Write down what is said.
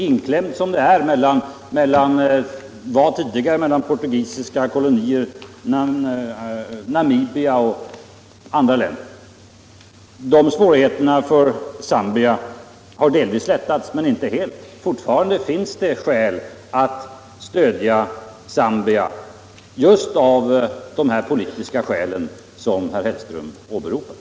inklämt som det tidigare var mellan två portugisiska kolonier, Namibia och Rhodesia. Dessa svårigheter för Zambia har delvis lättat efter Mogambiques och Angolas frigörelse, men inte helt. Det finns fortfarande skäl att stödja Zambia och just av de politiska skäl som herr Hellström åberopar.